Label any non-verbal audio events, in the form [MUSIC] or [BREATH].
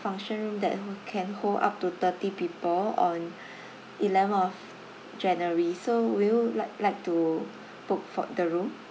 function room that would can hold up to thirty people on [BREATH] eleven of january so will you like like to book for the room